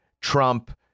Trump